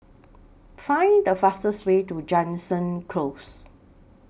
Find The fastest Way to Jansen Close